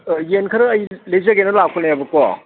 ꯌꯦꯟ ꯈꯔ ꯑꯩ ꯂꯩꯖꯒꯦꯅ ꯂꯥꯛꯄꯅꯦꯕꯀꯣ